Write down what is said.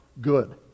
good